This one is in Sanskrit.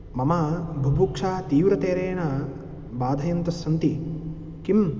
मम बुभुक्षा तीव्रतरेण बाधयन्तः सन्ति किम्